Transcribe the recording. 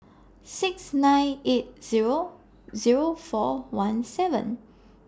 six nine eight Zero Zero four one seven